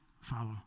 follow